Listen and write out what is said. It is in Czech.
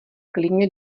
klidně